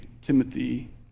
Timothy